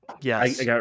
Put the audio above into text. Yes